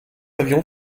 avions